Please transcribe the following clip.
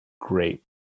great